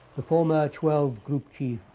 the former twelve group chief.